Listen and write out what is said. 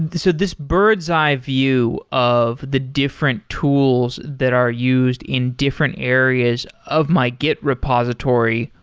so this bird's eye view of the different tools that are used in different areas of my git repository,